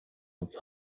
uns